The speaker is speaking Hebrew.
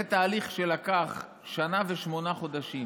זה תהליך שלקח שנה ושמונה חודשים